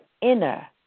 inner